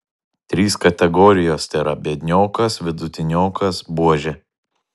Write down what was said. trys kategorijos tėra biedniokas vidutiniokas buožė